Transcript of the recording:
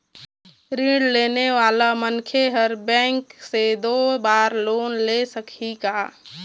ऋण लेने वाला मनखे हर बैंक से दो बार लोन ले सकही का?